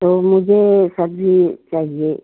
तो मुझे सब्ज़ी चाहिए